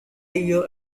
year